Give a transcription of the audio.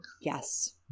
Yes